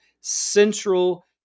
central